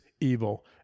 evil